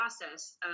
process